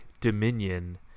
Dominion